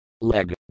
Leg